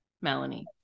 Melanie